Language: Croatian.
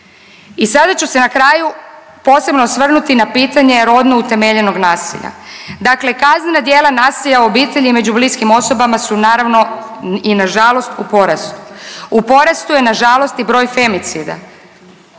I sada ću se na kraju posebno osvrnuti na pitanje rodno utemeljenog nasilja. Dakle, kaznena djela nasilja u obitelji među bliskim osobama su naravno i na žalost u porastu. U porastu je na žalost i broj femicida.